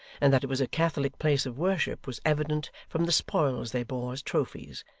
and that it was a catholic place of worship was evident from the spoils they bore as trophies,